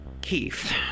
Keith